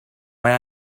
mae